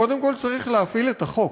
קודם כול, צריך להפעיל את החוק.